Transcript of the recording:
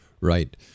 Right